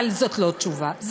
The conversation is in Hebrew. אבל זאת לא תשובה,